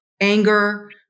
anger